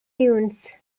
tunis